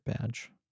badge